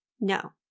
no